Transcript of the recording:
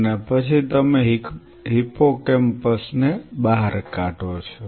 અને પછી તમે હિપ્પોકેમ્પસ ને બહાર કાઢો છો